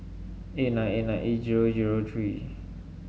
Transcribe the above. eight nine eight nine eight zero zero three